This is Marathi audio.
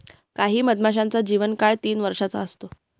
काही मधमाशांचा जीवन काळ तीन वर्षाचा असतो